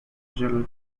herald